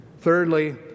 Thirdly